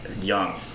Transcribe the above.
young